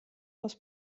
aus